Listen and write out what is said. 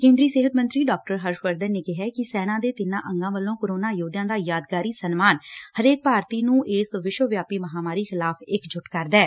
ਕੇਂਦਰੀ ਸਿਹਤ ਮੰਤਰੀ ਡਾ ਹਰਸ਼ਵਰਧਨ ਨੇ ਕਿਹੈ ਕਿ ਸੈਨਾ ਦੇ ਤਿੰਨਾ ਅੰਗਾਂ ਵੱਲੋ ਕੋਰੋਨਾ ਯੋਧਿਆਂ ਦਾ ਯਾਦਗਾਰ ਸਨਮਾਨ ਹਰੇਕ ਭਾਰਤੀ ਨੂੰ ਇਸ ਵਿਸ਼ਵ ਵਿਆਪੀ ਮਹਾਂਮਾਰੀ ਖਿਲਾਫ ਇੱਕਜੁਟ ਕਰਦੈ